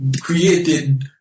created